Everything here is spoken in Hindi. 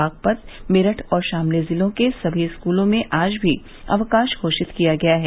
बागपत मेरठ और शामली जिलों के सभी स्कूलों में आज भी अवकाश घोषित किया गया है